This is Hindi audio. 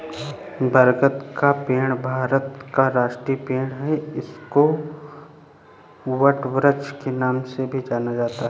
बरगद का पेड़ भारत का राष्ट्रीय पेड़ है इसको वटवृक्ष के नाम से भी जाना जाता है